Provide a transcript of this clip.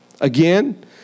Again